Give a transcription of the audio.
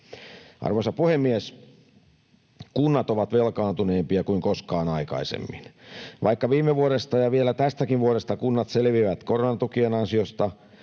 Arvoisa puhemies! Kunnat ovat velkaantuneempia kuin koskaan aikaisemmin. Vaikka viime vuodesta ja vielä tästäkin vuodesta kunnat selviävät koronatukien ansiosta,